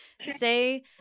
say